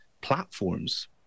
platforms